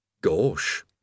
Gosh